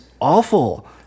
awful